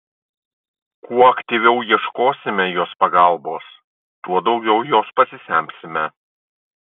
kuo aktyviau ieškosime jos pagalbos tuo daugiau jos pasisemsime